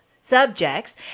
subjects